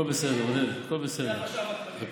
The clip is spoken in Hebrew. דוח של החשב הכללי, אדוני.